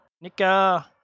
Nika